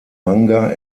manga